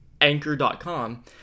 Anchor.com